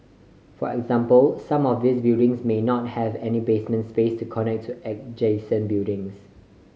for example some of these buildings may not have any basement space to connect to adjacent buildings